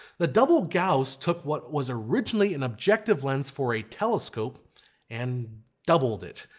the double gauss took what was originally an objective lens for a telescope and doubled it,